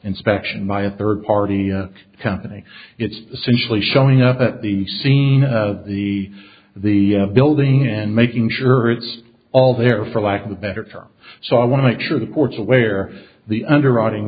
inspection by a third party company it's essentially showing up at the scene of the the building and making sure it's all there for lack of a better term so i want to make sure the courts are aware of the underwriting